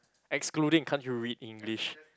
excluding can't you read English